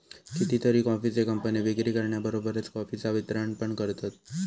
कितीतरी कॉफीचे कंपने विक्री करण्याबरोबरच कॉफीचा वितरण पण करतत